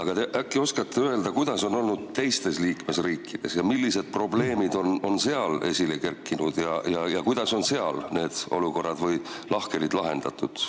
Aga äkki oskate öelda, kuidas on olnud teistes liikmesriikides. Millised probleemid on seal esile kerkinud ja kuidas on seal need olukorrad või lahkhelid lahendatud?